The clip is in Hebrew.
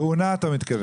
אתה מתכוון לתאונה.